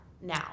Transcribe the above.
now